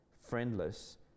friendless